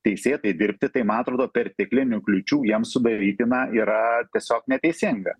teisėtai dirbti tai man atrodo perteklinių kliūčių jiems sudaryti na yra tiesiog neteisinga